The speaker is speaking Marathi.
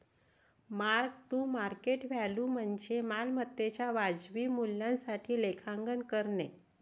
मार्क टू मार्केट व्हॅल्यू म्हणजे मालमत्तेच्या वाजवी मूल्यासाठी लेखांकन करणे